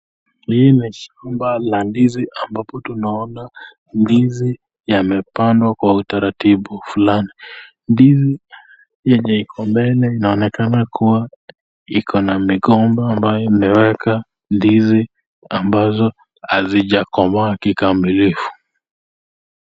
Hii ni shamba la ndizi ambapo tunaona ndizi yamepandwa kwa utaratibu fulani. Ndizi yenye iko mbele inaonekana iko na migomba imeweka ndizi ambazo hazijakomaa kikamilifu.